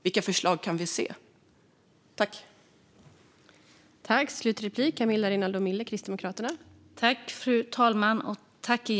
Vilka förslag kan vi få se?